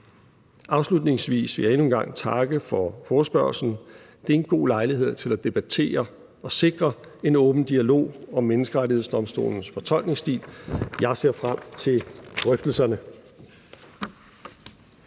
Afslutningsvis vil jeg endnu en gang takke for forespørgslen. Det er en god lejlighed til at debattere og sikre en åben dialog om Menneskerettighedsdomstolens fortolkningsstil. Jeg ser frem til drøftelserne.